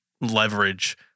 leverage